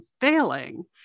failing